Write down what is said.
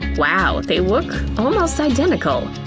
wow! they look almost identical!